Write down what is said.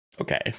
Okay